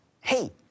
hey